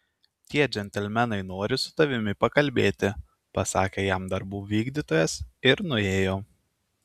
tie džentelmenai nori su tavimi pakalbėti pasakė jam darbų vykdytojas ir nuėjo